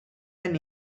den